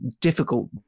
difficult